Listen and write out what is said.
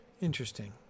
Interesting